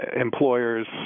employers